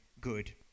good